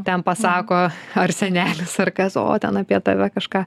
ten pasako ar senelis ar kas o ten apie tave kažką